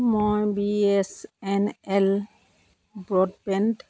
মই B S N L broadband